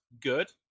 good